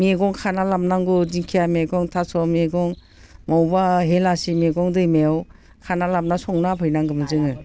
मैगं खाना लाबोनांगौ दिंखिया मैगं थास' मैगं मावबा हेलासि मैगं दैमायाव खाना लाबोना संना होफै नांगौमोन जोङो